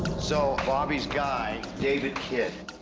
so, bobby's guy, david kidd,